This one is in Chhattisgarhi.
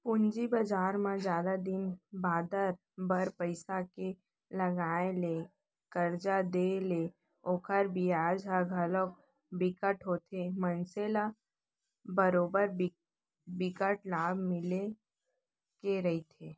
पूंजी बजार म जादा दिन बादर बर पइसा के लगाय ले करजा देय ले ओखर बियाज ह घलोक बिकट होथे मनसे ल बरोबर बिकट लाभ मिले के रहिथे